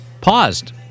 paused